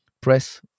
press